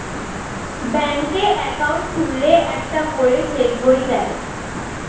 ব্যাঙ্কে অ্যাকাউন্ট খুললে একটা করে চেক বই দেয়